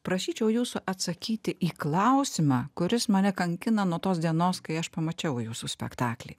prašyčiau jūsų atsakyti į klausimą kuris mane kankina nuo tos dienos kai aš pamačiau jūsų spektaklį